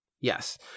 yes